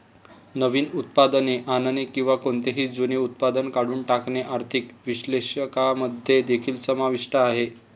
नवीन उत्पादने आणणे किंवा कोणतेही जुने उत्पादन काढून टाकणे आर्थिक विश्लेषकांमध्ये देखील समाविष्ट आहे